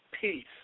Peace